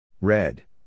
Red